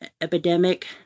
epidemic